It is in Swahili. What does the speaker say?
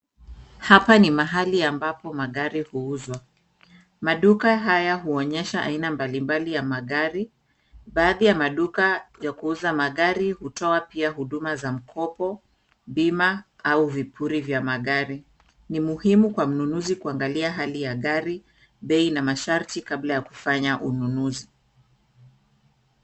Hapa ni mahali ambapo magari huuzwa. Maduka haya huonyesha aina mbalimbali ya magari. Baadhi ya maduka yakuuza magari hutoa pia huduma za mkopo, bima, au vipuri vya magari. Ni muhimu kwa mnunuzi kuangalia hali ya gari, bei na masharti kabla ya kufanya ununuzi.